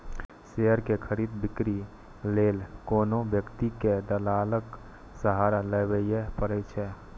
share के खरीद, बिक्री लेल कोनो व्यक्ति कें दलालक सहारा लेबैए पड़ै छै